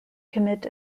commit